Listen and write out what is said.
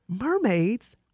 mermaids